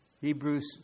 Hebrews